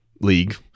league